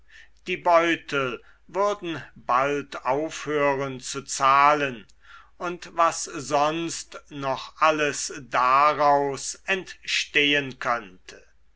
die beutel würden bald aufhören zu zahlen und was sonst noch alles daraus entstehen könnte